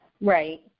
Right